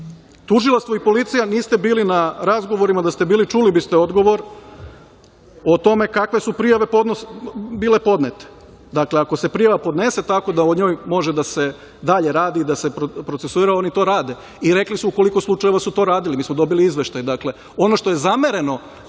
i policija, niste bili na razgovorima, da ste bili, čuli biste odgovor o tome kakve su prijave bile podnete. Dakle, ako se prijava podnese tako da o njoj može da se dalje radi, da se procesuira, oni to rade i rekli su u koliko slučajeva su to radili. Mi smo dobili izveštaj. Ono što je zamereno